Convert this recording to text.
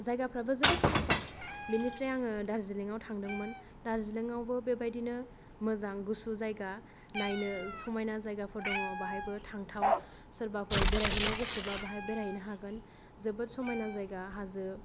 जायगाफ्राबो जोबोद साबफा बेनिफ्राय आङो दारजिलिंआव थांदोंमोन दारजिलिंआवबो बे बायदिनो मोजां गुसु जायगा नायनो समायना जायगाफोर दङ बाहायबो थांथाव सोरबाफोर बेराय हैनो गोसोबा बाहाय बेराय हैनो हागोन जोबोद समायना जायगा हाजो